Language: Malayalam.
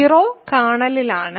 0 കേർണലിലാണ്